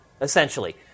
essentially